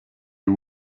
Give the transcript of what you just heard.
you